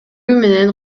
менен